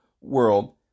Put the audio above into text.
world